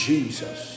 Jesus